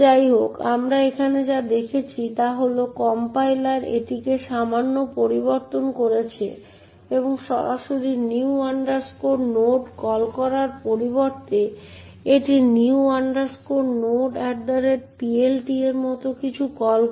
যাইহোক আমরা এখানে যা দেখছি তা হল কম্পাইলার এটিকে সামান্য পরিবর্তন করেছে এবং সরাসরি new node কল করার পরিবর্তে এটি new nodePLT এর মত কিছু কল করে